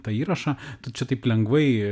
tą įrašą tu čia taip lengvai